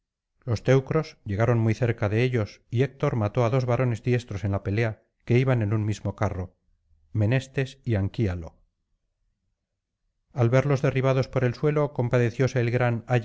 los teucros llegaron muy cerca de ellos y héctor mató á dos varones diestros en la pelea que iban en un mismo carro menestes y angulo al verlos derribados por el suelo compadecióse el gran